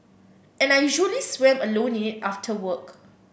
and I usually swam alone in it after work